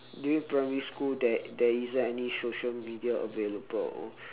during primary school there there isn't any social media available